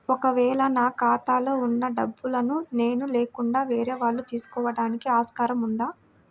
ఒక వేళ నా ఖాతాలో వున్న డబ్బులను నేను లేకుండా వేరే వాళ్ళు తీసుకోవడానికి ఆస్కారం ఉందా?